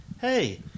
Hey